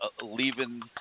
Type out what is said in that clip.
leaving